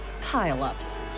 pile-ups